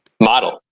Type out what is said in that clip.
model.